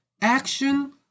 action